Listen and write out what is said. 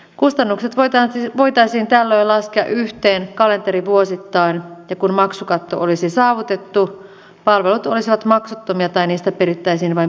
kustannukset voitaisiin tällöin laskea yhteen kalenterivuosittain ja kun maksukatto olisi saavutettu palvelut olisivat maksuttomia tai niistä perittäisiin vain pieni omavastuu